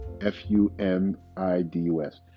F-U-M-I-D-U-S